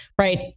right